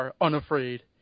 unafraid